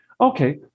Okay